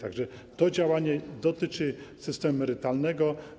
To działanie dotyczy systemu emerytalnego.